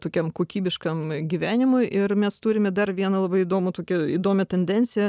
tokiam kokybiškam gyvenimui ir mes turime dar vieną labai įdomų tokį įdomią tendenciją